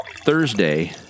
Thursday